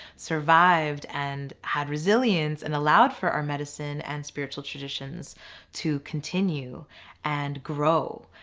survived and had resilience and allowed for our medicine and spiritual traditions to continue and grow.